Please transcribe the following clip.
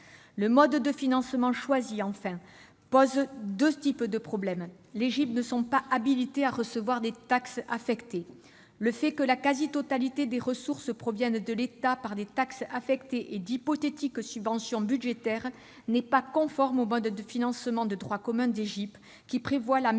le mode de financement choisi pose deux types de problèmes : d'une part, les GIP ne sont pas habilités à recevoir des taxes affectées ; d'autre part, le fait que la quasi-totalité des ressources provient de l'État par le biais de taxes affectées et d'hypothétiques subventions budgétaires n'est pas conforme au mode de financement de droit commun des GIP qui prévoit la mise en